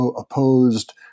opposed